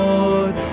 Lord